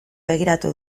begiratu